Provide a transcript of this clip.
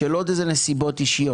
של עוד איזה נסיבות אישיות,